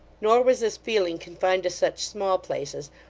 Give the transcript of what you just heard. nor was this feeling confined to such small places,